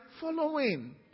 following